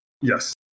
Yes